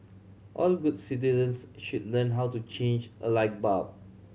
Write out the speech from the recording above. all good citizens should learn how to change a light bulb